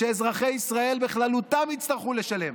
שאזרחי ישראל בכללותם יצטרכו לשלם,